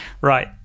Right